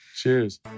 cheers